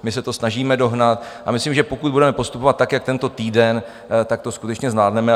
My se to snažíme dohnat a myslím, že pokud budeme postupovat tak jako tento týden, tak to skutečně zvládneme.